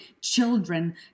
children